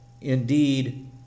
indeed